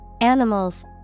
Animals